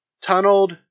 Tunneled